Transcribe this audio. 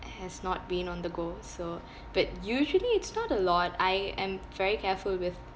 has not been on the goal so but usually it's not a lot I am very careful with